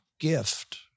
gift